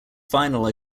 final